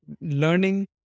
learning